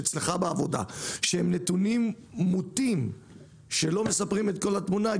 נתונים מוטים שלא מספרים את כל התמונה,